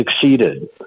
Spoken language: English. succeeded